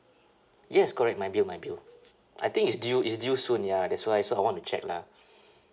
yes correct my bill my bill I think it's due it's due soon ya that's why so I want to check lah